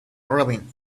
rubbing